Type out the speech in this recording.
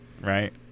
right